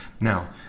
Now